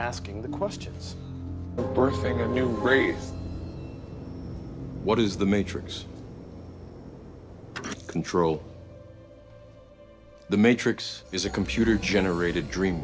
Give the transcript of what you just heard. asking the questions birthing a new race what is the matrix control the matrix is a computer generated dream